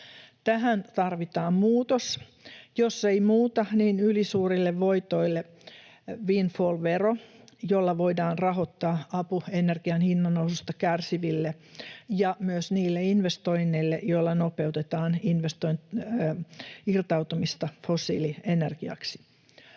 Tähän tarvitaan muutos, jos ei muuta niin ylisuurille voitoille windfall-vero, jolla voidaan rahoittaa apu ener-gian hinnannoususta kärsiville ja myös niille investoinneille, joilla nopeutetaan irtautumista fossiilienergiasta.